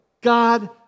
God